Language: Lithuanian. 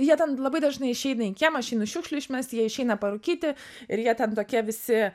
jie ten labai dažnai išeina į kiemą aš einu šiukšlių išmest jie išeina parūkyti ir jie ten tokie visi